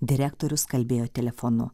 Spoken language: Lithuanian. direktorius kalbėjo telefonu